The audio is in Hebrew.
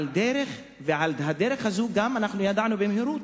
גם על הדרך הזאת אנחנו ידענו במהירות,